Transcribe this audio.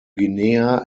guinea